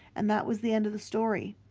and that was the end of the story.